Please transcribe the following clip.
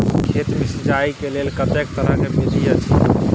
खेत मे सिंचाई के लेल कतेक तरह के विधी अछि?